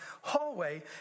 hallway